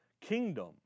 kingdom